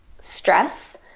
stress